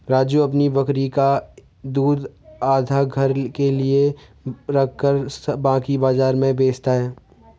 राजू अपनी बकरी का दूध आधा घर के लिए रखकर बाकी बाजार में बेचता हैं